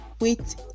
wait